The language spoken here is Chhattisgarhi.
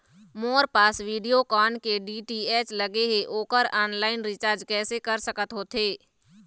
मोर पास वीडियोकॉन के डी.टी.एच लगे हे, ओकर ऑनलाइन रिचार्ज कैसे कर सकत होथे?